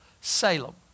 Salem